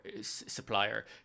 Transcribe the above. supplier